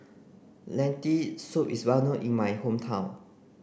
lentil soup is well known in my hometown